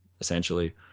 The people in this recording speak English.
essentially